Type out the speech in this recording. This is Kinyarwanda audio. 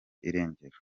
irengero